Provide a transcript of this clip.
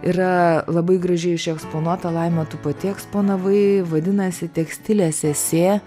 yra labai gražiai išeksponuota laima tu pati exponavai vadinasi tekstilės esė